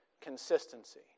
consistency